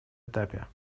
этапе